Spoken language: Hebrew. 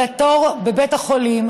לתור בבית החולים,